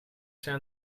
zijn